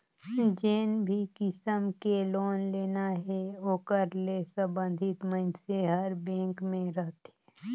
जेन भी किसम के लोन लेना हे ओकर ले संबंधित मइनसे हर बेंक में रहथे